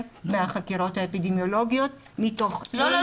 מהחקירות האפידמיולוגיות מתוך אלה --- לא,